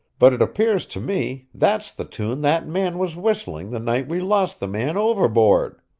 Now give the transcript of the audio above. but it appears to me that's the tune that man was whistling the night we lost the man overboard.